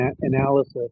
analysis